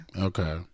Okay